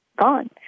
gone